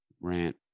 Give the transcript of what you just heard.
rant